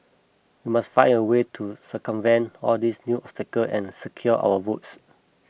we must find a way to circumvent all these new obstacle and secure our votes